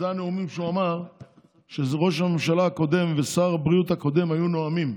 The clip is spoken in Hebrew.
מהנאומים שהוא אמר שראש הממשלה הקודם ושר הבריאות הקודם היו נואמים.